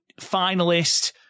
finalist